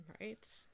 Right